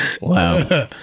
Wow